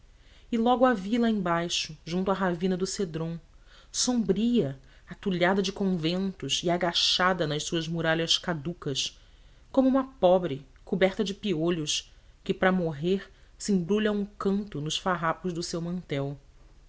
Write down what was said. e logo a vi lá embaixo junto à ravina do cédron sombria atulhada de conventos e agachada nas suas muralhas caducas como uma pobre coberta de piolhos que para morrer se embrulha a um canto nos farrapos do